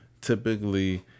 typically